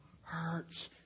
hurts